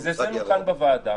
זה אצלנו כאן בוועדה